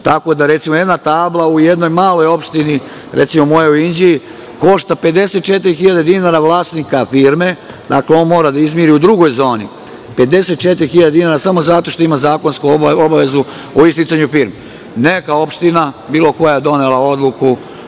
Tako da, recimo, jedna tabla u jednoj maloj opštini, recimo mojoj Inđiji, košta 54.000 dinara vlasnika firme. Dakle, on mora da izmiri u drugoj zoni 54.000 dinara samo zato što ima zakonsku obavezu o isticanju firme. Neka opština, bilo koja, je donela odluku,